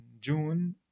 June